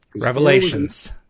Revelations